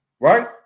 right